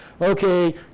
Okay